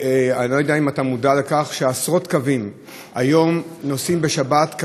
אני לא יודע אם אתה מודע לכך שעשרות קווים כיום מופעלים בשבת,